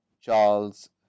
Charles